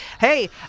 Hey